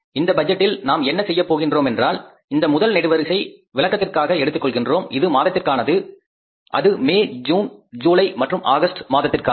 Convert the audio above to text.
இந்த பட்ஜெட்டில் நாம் என்ன செய்யப் போகின்றோம் என்றால் இந்த முதல் நெடுவரிசை விளக்கத்திற்காக எடுத்துக் கொள்கின்றோம் இது மாதத்திற்கானது அது மே ஜூன் ஜூலை மற்றும் ஆகஸ்ட் மாதத்திற்கானது